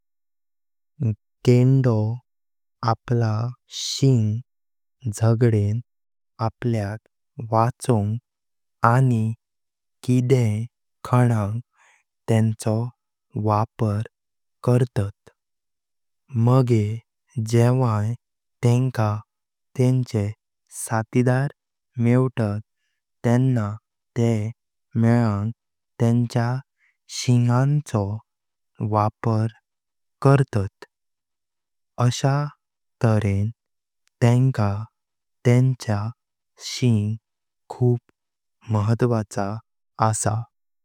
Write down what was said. गेंदो आपला शिंग जगदें आपल्याक वाचोंग आनी किदें खाणांग तेंचो वापर करतात, मागे जेवांय तेंका तेंचे साथिदार मेवतात तेंका तेह मेळां तेंच शिंगांचो वापर करतात, अशा तऱ्हें तेंका तेंच शिंग खूप महत्वाचो अस्तां।